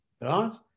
Right